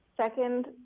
Second